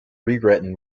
rewritten